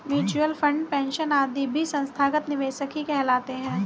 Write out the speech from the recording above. mutual fund, pension आदि भी संस्थागत निवेशक ही कहलाते हैं